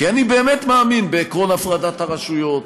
כי אני באמת מאמין בעקרון הפרדת הרשויות.